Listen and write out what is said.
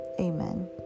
Amen